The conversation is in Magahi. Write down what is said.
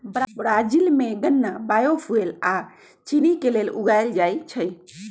ब्राजील में गन्ना बायोफुएल आ चिन्नी के लेल उगाएल जाई छई